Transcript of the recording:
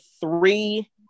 three